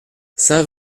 saint